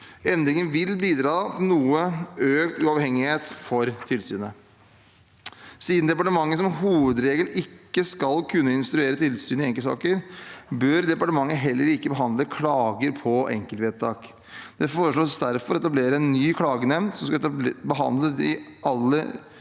Endringen vil bidra til noe økt uavhengighet for tilsynet. Siden departementet som hovedregel ikke skal kunne instruere tilsynet i enkeltsaker, bør departementet heller ikke behandle klager på enkeltvedtak. Det foreslås derfor å etablere en ny klagenemnd som skal behandle de aller